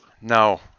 No